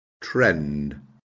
trend